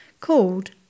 called